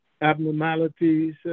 abnormalities